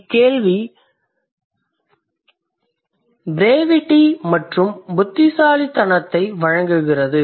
இக்கேள்வி brevity மற்றும் புத்திசாலித்தனத்தை வழங்குகிறது